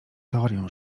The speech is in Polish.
teorię